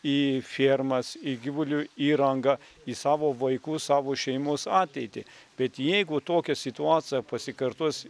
į fermas į gyvulių įrangą į savo vaikų savo šeimos ateitį bet jeigu tokia situacija pasikartos